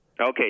Okay